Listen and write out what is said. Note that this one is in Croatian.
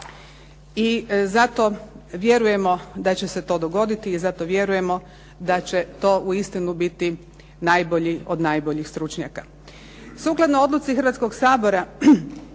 I zato vjerujemo da će se to dogoditi i zato vjerujemo da će to uistinu biti najbolji od najboljih stručnjaka.